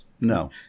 no